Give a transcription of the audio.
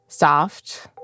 Soft